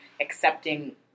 accepting